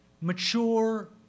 mature